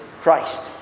Christ